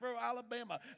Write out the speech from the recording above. Alabama